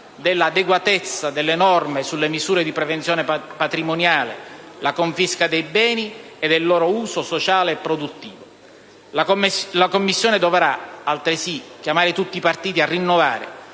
dell'adeguatezza delle norme sulle misure di prevenzione patrimoniale, sulla confisca dei beni e sul loro uso sociale e produttivo. La Commissione dovrà, altresì, chiamare tutti i partiti a rinnovare